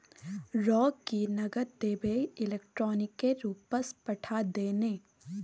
रौ की नगद देबेय इलेक्ट्रॉनिके रूपसँ पठा दे ने